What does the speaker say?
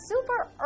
super